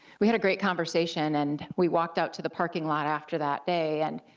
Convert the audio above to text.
we had a great conversation, and we walked out to the parking lot after that day, and